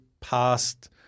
past